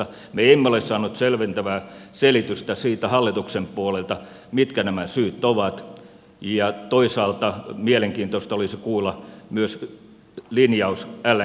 me emme ole saaneet selventävää selitystä siitä hallituksen puolelta mitkä nämä syyt ovat ja toisaalta mielenkiintoista olisi kuulla myös linjaus lng terminaalien suhteen